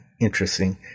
interesting